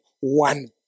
one